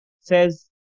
says